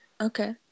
Okay